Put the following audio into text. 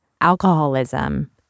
Alcoholism